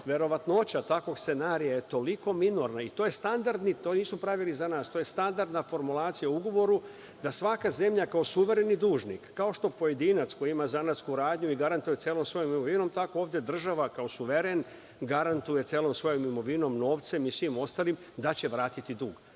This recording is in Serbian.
verovatnoća takvog scenarija tako minorna i to je standardno. To nisu pravili za nas, to je standardna formulacija u ugovoru da svaka zemlja kao suvereni dužnik, kao što pojedinac koji ima zanatsku radnju i garantuje celom svojom imovinom, tako i ovde država kao suveren garantuje celom svojom imovinom, novcem i svim ostalim da će vratiti